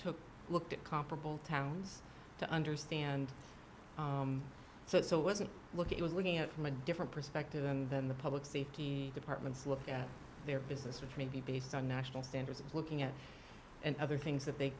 took looked at comparable towns to understand so it wasn't look it was looking at from a different perspective and then the public safety departments look at their business which may be based on national standards as looking at other things that they